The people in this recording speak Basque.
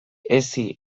hezi